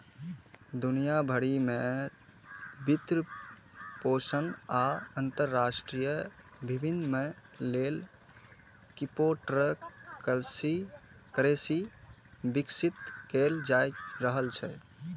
दुनिया भरि मे वित्तपोषण आ अंतरराष्ट्रीय विनिमय लेल क्रिप्टोकरेंसी विकसित कैल जा रहल छै